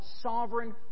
sovereign